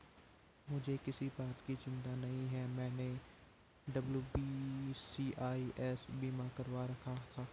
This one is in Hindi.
मुझे किसी बात की चिंता नहीं है, मैंने डब्ल्यू.बी.सी.आई.एस बीमा करवा रखा था